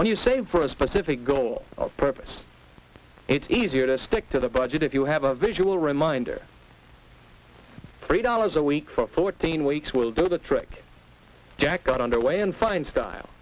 when you save for a specific goal or purpose it's easier to stick to the budget if you have a visual reminder three dollars a week for fourteen weeks will do the trick jack got underway in fine style